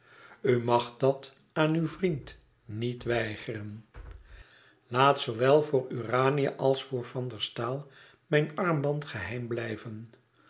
mag dat aan uw vriend niet weigeren laat zoowel voor urania als voor van der staal mijn armband geheim blijven